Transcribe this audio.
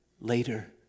later